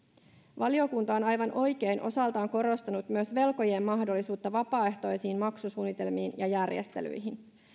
valiokunta on osaltaan aivan oikein korostanut myös velkojien mahdollisuutta vapaaehtoisiin maksusuunnitelmiin ja järjestelyihin